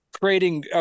creating